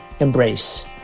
embrace